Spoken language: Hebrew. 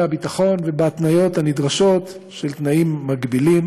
הביטחון ובהתניות הנדרשות של תנאים מגבילים.